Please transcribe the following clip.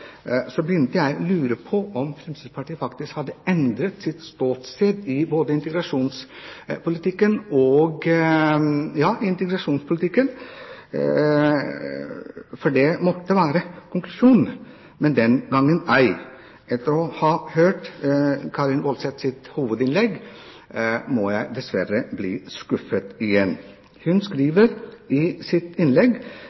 begynte jeg å lure på om Fremskrittspartiet faktisk hadde endret sitt ståsted i integrasjonspolitikken. Det måtte være konklusjonen, men den gang ei. Etter å ha hørt Karin S. Woldseths hovedinnlegg ble jeg dessverre skuffet igjen. Hun